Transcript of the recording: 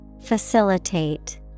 Facilitate